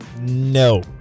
No